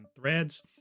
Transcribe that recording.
threads